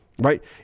Right